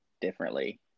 differently